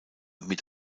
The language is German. mit